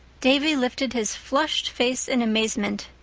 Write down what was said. davy lifted his flushed face in amazement.